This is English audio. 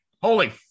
holy